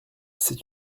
c’est